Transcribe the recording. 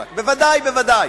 חלק רק, בוודאי, בוודאי.